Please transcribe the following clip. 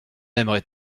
aimerait